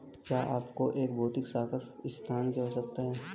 क्या आपको एक भौतिक शाखा स्थान की आवश्यकता है?